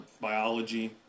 biology